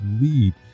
lead